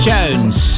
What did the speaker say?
Jones